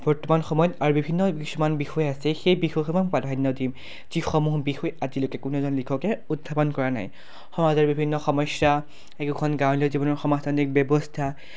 বৰ্তমান সময়ত আৰু বিভিন্ন কিছুমান বিষয় আছে সেই বিষয়সমূহ প্ৰাধান্য দিম যিসমূহ বিষয় আজিলৈকে কোনো এজন লিখকে উত্থাপন কৰা নাই সমাজৰ বিভিন্ন সমস্যা একোখন গাঁৱলীয়া জীৱনৰ সমাজানিক ব্যৱস্থা